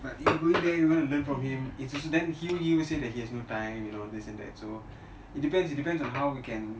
but you won't dare you want to learn from him it's then he will say he has no time this and that so it depends it depends on how we can